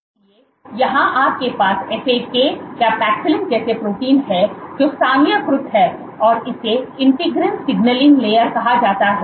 इसलिए यहां आपके पास FAK या पैक्सिलिन जैसे प्रोटीन है जो स्थानीयकृत हैं और इसे इंटीग्रीन सिग्नलिंग लेयर कहा जाता है